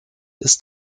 ist